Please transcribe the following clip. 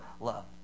love